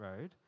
road